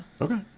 Okay